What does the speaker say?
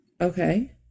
Okay